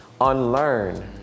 unlearn